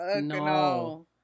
No